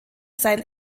sein